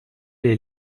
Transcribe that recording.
est